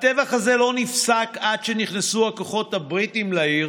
הטבח הזה לא נפסק עד שנכנסו הכוחות הבריטיים לעיר